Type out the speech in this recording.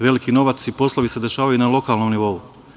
Veliki novac i poslovi se dešavaju na lokalnom nivou.